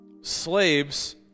Slaves